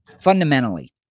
Fundamentally